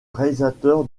réalisateur